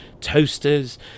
toasters